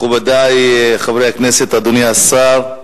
מכובדי חברי הכנסת, אדוני השר,